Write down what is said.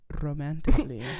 Romantically